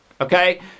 okay